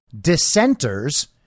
dissenters